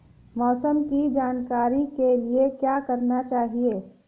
मौसम की जानकारी के लिए क्या करना चाहिए?